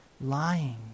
lying